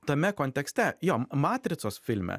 tame kontekste jo matricos filme